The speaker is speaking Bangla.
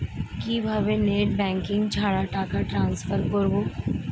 কিভাবে নেট ব্যাঙ্কিং ছাড়া টাকা ট্রান্সফার করবো?